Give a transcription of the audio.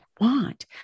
want